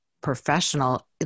professional